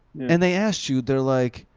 and they asked you, they're like,